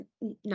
No